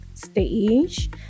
stage